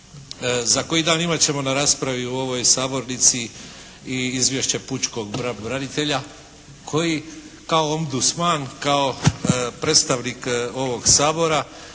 Za koji dan imat ćemo na raspravi u ovoj sabornici i izvješće pučkog pravobranitelja koji kao ombudsman, kao predstavnik ovog Sabora